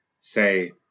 say